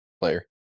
player